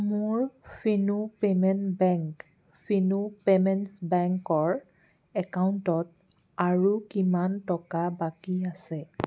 মোৰ Fino payment বেংকৰ একাউণ্টত আৰু কিমান টকা বাকী আছে